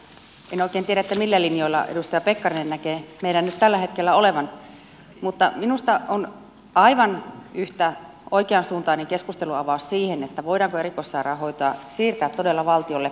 en oikein tiedä millä linjoilla edustaja pekkarinen näkee meidän nyt tällä hetkellä olevan mutta minusta se on aivan yhtä oikeansuuntainen keskustelun avaus voidaanko erikoissairaanhoitoa siirtää todella valtiolle